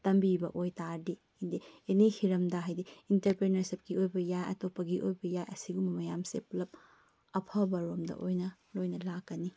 ꯇꯝꯕꯤꯕ ꯑꯣꯏ ꯇꯥꯔꯗꯤ ꯍꯥꯏꯗꯤ ꯑꯦꯅꯤ ꯍꯤꯔꯝꯗ ꯍꯥꯏꯕꯗꯤ ꯏꯟꯇꯔꯄ꯭ꯔꯤꯅꯔꯁꯤꯞꯀꯤ ꯑꯣꯏꯕ ꯌꯥꯏ ꯑꯇꯣꯞꯄꯒꯤ ꯑꯣꯏꯕ ꯌꯥꯏ ꯑꯁꯤꯒꯨꯝꯕ ꯃꯌꯥꯝꯁꯦ ꯄꯨꯜꯂꯞ ꯑꯐꯕꯔꯣꯝꯗ ꯑꯣꯏꯅ ꯂꯣꯏꯅ ꯂꯥꯛꯀꯅꯤ